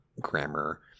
grammar